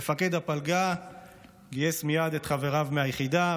מפקד הפלגה גייס מייד את חבריו מהיחידה,